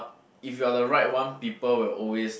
if you're the right one people will always